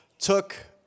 took